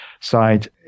side